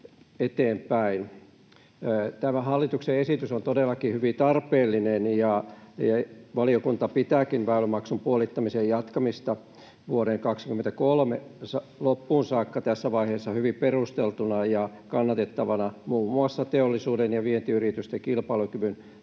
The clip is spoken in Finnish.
Tämä hallituksen esitys on todellakin hyvin tarpeellinen, ja valiokunta pitääkin väylämaksun puolittamisen jatkamista vuoden 23 loppuun saakka tässä vaiheessa hyvin perusteltuna ja kannatettavana muun muassa teollisuuden ja vientiyritysten kilpailukyvyn vahvistamisen